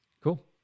Cool